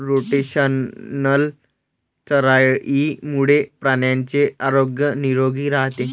rotational चराईमुळे प्राण्यांचे आरोग्य निरोगी राहते